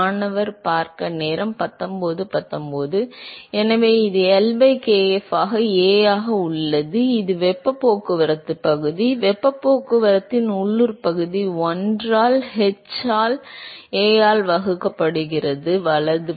மாணவர் எனவே இது எல் பை kf ஆக A ஆக உள்ளது இது வெப்பப் போக்குவரத்தின் பகுதி வெப்பப் போக்குவரத்தின் உள்ளூர் பகுதி 1 ஆல் h ஆல் A ஆக வகுக்கப்படுகிறது வலது